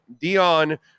Dion